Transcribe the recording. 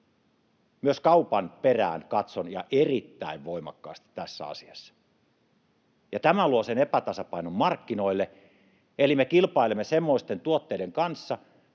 Myös kaupan perään katson ja erittäin voimakkaasti tässä asiassa. Tämä luo sen epätasapainon markkinoille: me kilpailemme semmoisten tuotteiden kanssa,